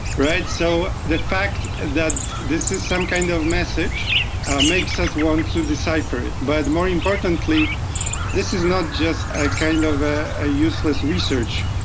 so the fact that this is some kind of message makes us want to decipher it. but more importantly this is not just ah kind of ah a useless research.